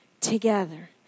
Together